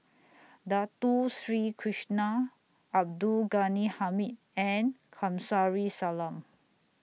Dato Sri Krishna Abdul Ghani Hamid and Kamsari Salam